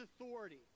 authority